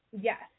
yes